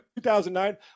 2009